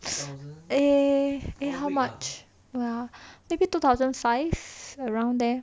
eh eh how much well maybe two thousand five around there